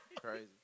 Crazy